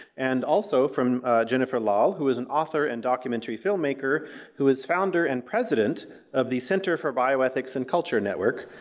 and also from jennifer lahl, who is an author and documentary filmmaker who is founder and president of the center for bioethics and culture network.